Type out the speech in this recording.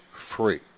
free